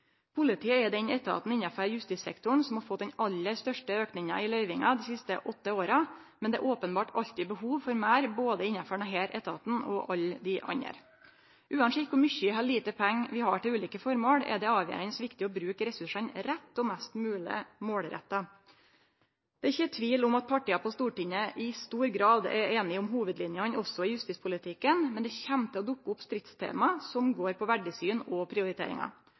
Politiet er den etaten innanfor justissektoren som har fått den aller største auken i løyvingar dei siste åtte åra, men det er openbert alltid behov for meir, innanfor både denne etaten og alle dei andre etatane. Uansett kor mykje eller lite pengar vi har til ulike føremål, er det avgjerande viktig å bruke ressursane rett og mest mogleg målretta. Det er ikkje tvil om at partia på Stortinget i stor grad er einige om hovudlinene også i justispolitikken, men det kjem til å dukke opp stridstema som går på verdisyn og prioriteringar.